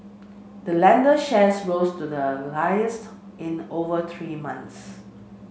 the lender's shares rose to their in over three months